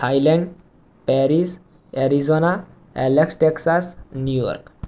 Thailand Paris Arizona L S Texas New York